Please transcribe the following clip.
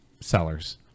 sellers